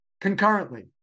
concurrently